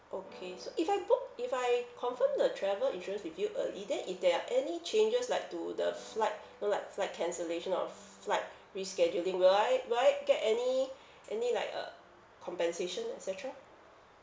okay so if I book if I confirm the travel insurance with you early then if there are any changes like to the flight you know like flight cancellation or f~ flight rescheduling will I will I get any any like uh compensation et cetera